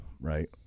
right